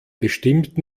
bestimmt